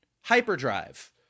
hyperdrive